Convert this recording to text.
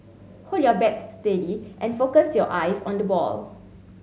hold your bat steady and focus your eyes on the ball